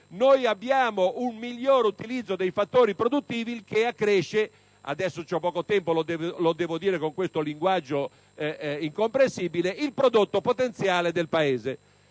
abbiamo un migliore utilizzo dei fattori produttivi, il che accresce - adesso ho poco tempo e lo devo dire con questo linguaggio incomprensibile - il prodotto potenziale del Paese.